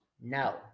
no